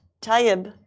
Taib